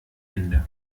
hände